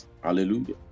Hallelujah